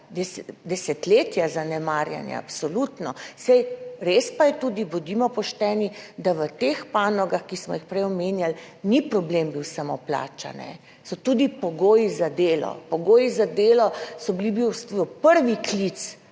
desetletja zanemarjanja, absolutno. Res pa je tudi, bodimo pošteni, da v teh panogah, ki smo jih prej omenjali, ni bil problem samo plača, so tudi pogoji za delo. Pogoji za delo so bili v bistvu prvi klic